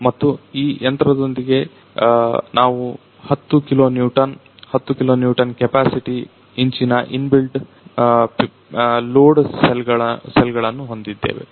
ಮತ್ತು ಈ ಯಂತ್ರದೊಂದಿಗೆ ನಾವು 10 kilonewton 10 kilonewton capacity ಇಂಚಿನ ಇನ್ ಬಿಲ್ಟ್ ಲೋಡ್ ಸೆಲ್ಗಳನ್ನು ಹೊಂದಿದ್ದೇವೆ